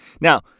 Now